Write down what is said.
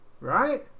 right